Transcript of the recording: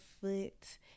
foot